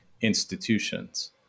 institutions